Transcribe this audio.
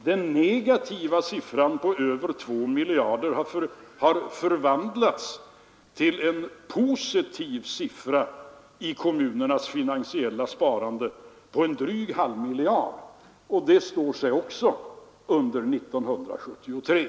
Den negativa siffran på över 2 miljarder för kommunernas finansiella sparande har förvandlats till en positiv siffra på en dryg halv miljard, och det resultatet står sig också under 1973.